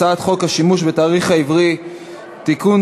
הצעת חוק השימוש בתאריך העברי (תיקון,